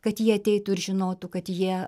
kad jie ateitų ir žinotų kad jie